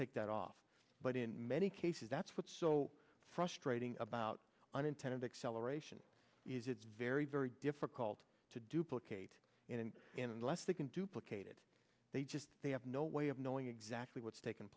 take that off but in many cases that's what's so frustrating about unintended acceleration is it's very very difficult to duplicate and in unless they can duplicate it they just they have no way of knowing exactly what's tak